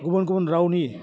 गुबुन गुबुन रावनि